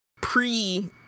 pre